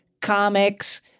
comics